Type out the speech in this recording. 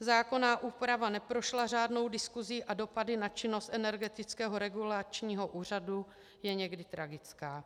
Zákonná úprava neprošla řádnou diskusí a dopady na činnost Energetického regulačního úřadu jsou někdy tragické.